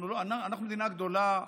אנחנו מדינה גדולה,